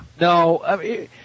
No